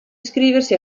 iscriversi